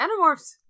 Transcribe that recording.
Animorphs